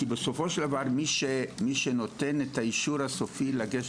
כי בסופו של דבר מי שנותן את האישור הסופי לגשת